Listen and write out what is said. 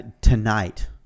Tonight